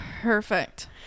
Perfect